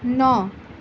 ন